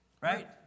right